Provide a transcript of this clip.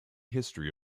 history